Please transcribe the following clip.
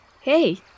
Hey